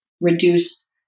reduce